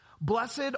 Blessed